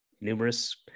numerous